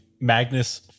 Magnus